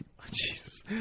Jesus